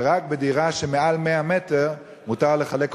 ורק דירה של מעל 100 מטר מותר לחלק לשניים,